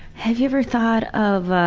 have you ever thought of. ah.